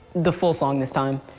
the full song this time.